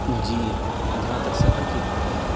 جی جہاں تک سفر کی بات ہے